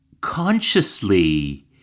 consciously